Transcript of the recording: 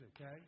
okay